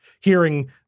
hearing